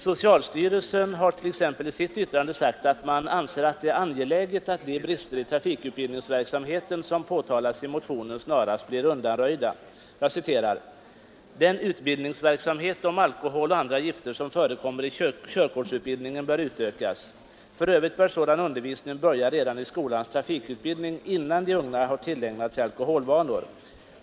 Socialstyrelsen säger t.ex. i sitt yttrande att man anser att det är angeläget att de brister i trafikutbildningsverksamheten som påtalas i motionen snarast blir undanröjda. ”Den utbildningsverksamhet om alkohol och andra gifter som förekommer i körkortsutbildningen bör utökas. För övrigt bör sådan undervisning börja redan i skolans trafikutbildning innan de unga har tillägnat sig alkoholvanor.